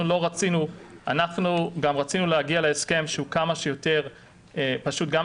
אנחנו רצינו להגיע להסכם שהוא כמה שיותר פשוט כך שגם